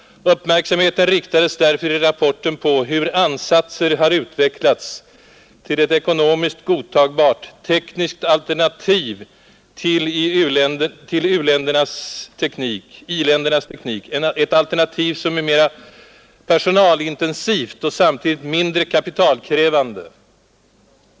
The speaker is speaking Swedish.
Uppmärksamheten riktades därför i rapporten på hur konstruktiva insatser pågår för att skapa ett ekonomiskt godtagbart, tekniskt alternativ till i-ländernas avancerade teknik, ett alternativ som är mera personalintensivt och samtidigt mindre kapitalkrävande.